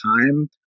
time